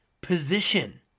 position